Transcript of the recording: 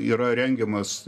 yra rengiamas